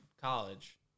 college